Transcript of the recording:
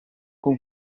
con